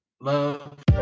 Love